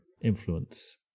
influence